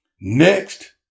Next